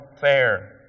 fair